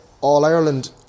All-Ireland